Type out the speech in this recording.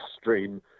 Stream